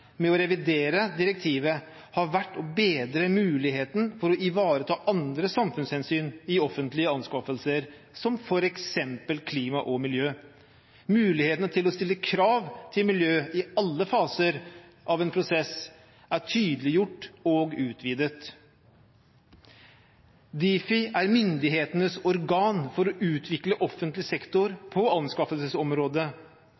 med å revidere anskaffelsesdirektivet har vært å bedre muligheten for å ivareta andre samfunnshensyn i offentlige anskaffelser, som f.eks. klima og miljø. Mulighetene til å stille krav til miljø i alle faser av en prosess er tydeliggjort og utvidet. Difi er myndighetenes organ for å utvikle offentlig